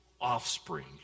offspring